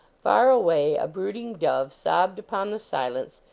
far away a brooding dove sobbed upon the silence,